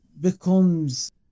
becomes